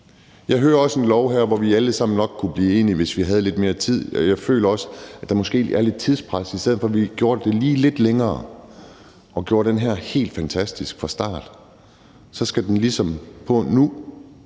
at der er en lov her, som vi alle sammen nok kunne blive enige om, hvis vi havde lidt mere tid; jeg føler også, at der måske er lidt tidspres, sådan at i stedet for at vi gjorde det her lige lidt længere og gjorde den her lov helt fantastisk fra starten, skal den ligesom på nu,